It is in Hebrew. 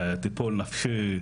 טיפול נפשי,